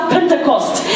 Pentecost